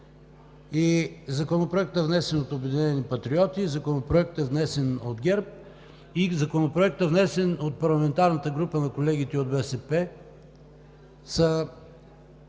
– Законопроектът, внесен от „Обединени патриоти“, Законопроектът, внесен от ГЕРБ, и Законопроектът, внесен от парламентарната група на колегите от БСП,